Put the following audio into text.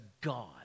God